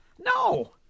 No